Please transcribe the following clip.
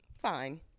Fine